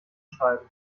schreiben